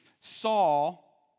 Saul